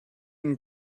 and